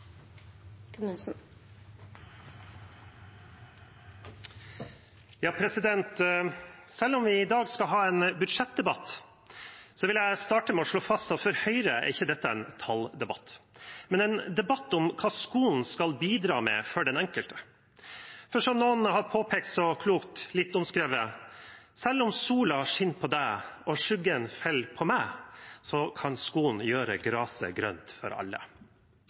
i dag skal ha en budsjettdebatt, vil jeg starte med å slå fast at for Høyre er ikke dette en talldebatt, men en debatt om hva skolen skal bidra med for den enkelte. For som noen har påpekt så klokt, litt omskrevet: Selv om solen skinner på deg, og skyggen faller på meg, kan skolen gjøre graset grønt for alle.